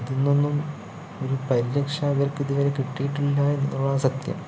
ഇതിൽനിന്നൊന്നും ഒരു പരിരക്ഷ അവർക്കിതുവരെ കിട്ടിട്ടില്ല എന്നുള്ളതാണ് സത്യം